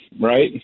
right